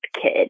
kid